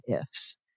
ifs